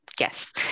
Yes